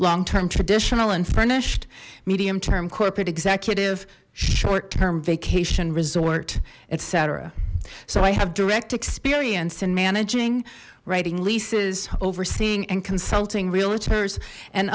long term traditional and furnished medium term corporate executive short term vacation resort etc so i have direct experience in managing writing leases overseeing and consulting